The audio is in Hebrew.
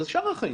זה שאר החיים